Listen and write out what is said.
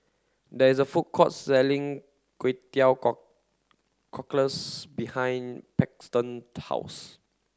there is a food court selling Kway Teow Cockles behind Paxton's house